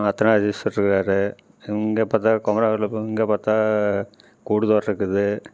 அர்த்தநாரீஸ்வரர் இருக்கார் இங்கே பார்த்தா குமரவேல் ப இங்கே பார்த்தா கூடுதோச இருக்குது